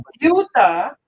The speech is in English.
Utah